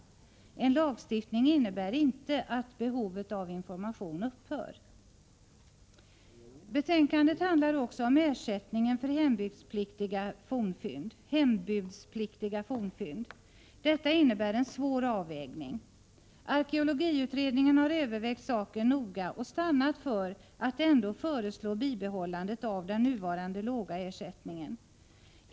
En lagstiftning innebär inte att behovet av information upphör. 2 maj 1985 Betänkandet handlar också om ersättningen för hembudspliktiga fornfynd. Detta innebär en svår avvägning. Arkeologiutredningen har övervägt Förbud att använsaken noga och stannat för att ändå föreslå bibehållandet av den nuvarande da metallsökare för låga ersättningen.